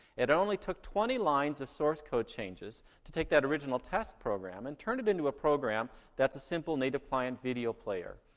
it only took twenty lines of source code changes to take that original test program and turn it into a program that's a simple native client video player.